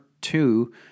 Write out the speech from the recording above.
two